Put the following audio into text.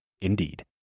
Indeed